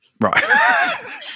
Right